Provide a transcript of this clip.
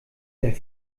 der